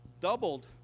doubled